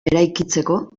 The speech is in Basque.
eraikitzeko